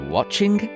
Watching